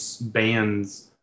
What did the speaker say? bands